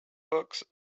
books